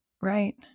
right